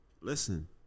Listen